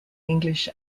english